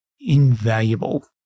invaluable